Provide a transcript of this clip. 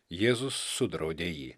jėzus sudraudė jį